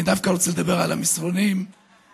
אני דווקא רוצה לדבר על המסרונים המפורסמים.